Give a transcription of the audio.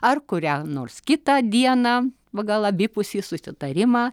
ar kurią nors kitą dieną pagal abipusį susitarimą